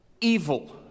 evil